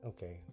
Okay